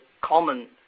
common